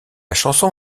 chanson